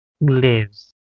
lives